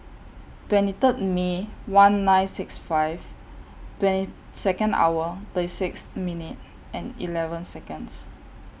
twenty Third May one nine six five twenty Second hour thirty six minute and eleven Seconds